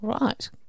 Right